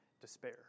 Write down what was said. despair